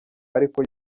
ariko